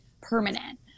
permanent